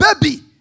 baby